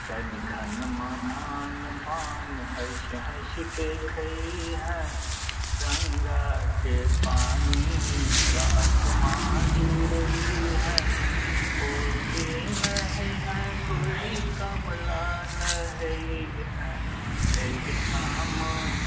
सदिखन मखान पान हँसि हँसिकए खइहेँ गङ्गाके पानीसँ अतमा जुरइहेँ कोसी नहइहेँ गोरी कमला नहइहेँ एहिठाम